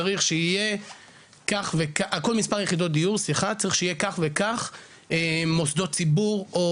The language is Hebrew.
צריך שיהיה כך וכך מוסדות ציבור או